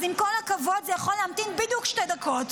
אז עם כל כבוד, זה יכול להמתין בדיוק שתי דקות.